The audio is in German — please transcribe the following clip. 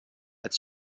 als